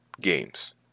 games